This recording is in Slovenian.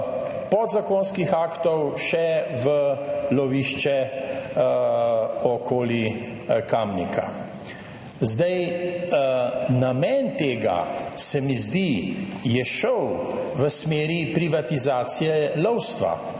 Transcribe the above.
podzakonskih aktov še v lovišče okoli Kamnika. Zdaj, namen tega, se mi zdi, je šel v smeri privatizacije lovstva.